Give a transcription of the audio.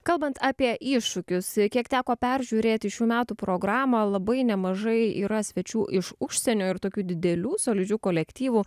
kalbant apie iššūkius kiek teko peržiūrėt šių metų programą labai nemažai yra svečių iš užsienio ir tokių didelių solidžių kolektyvų